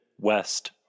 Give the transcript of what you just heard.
west